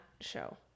show